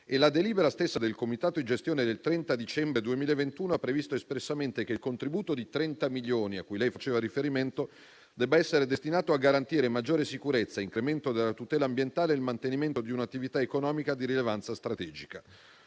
La delibera stessa del comitato di gestione del 30 dicembre 2021 ha previsto espressamente che il contributo di 30 milioni, cui lei faceva riferimento, debba essere destinato a garantire maggiore sicurezza, incremento della tutela ambientale ed il mantenimento di un'attività economica di rilevanza strategica.